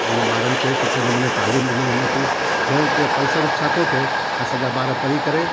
उन ॿारनि खे सुठे नमूने तालीमु ॾिनी वञे थी जीअं जे फलस्वरूप छा थो थिए असांजा ॿार पढ़ी करे